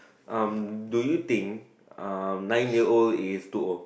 um do you think um nine year old is too old